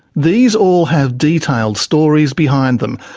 these all have detailed stories behind them,